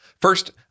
First